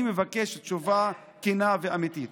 אני מבקש תשובה כנה ואמיתית.